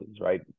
right